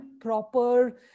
proper